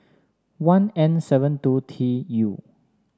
one N seven two T U